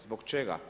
Zbog čega?